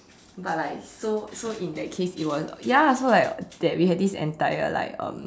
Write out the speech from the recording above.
but like so so in that case it was ya so like that we had this entire like um